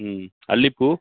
ம் அல்லிப்பூ